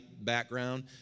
background